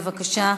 בבקשה.